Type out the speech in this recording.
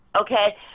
okay